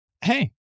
hey